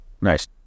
Nice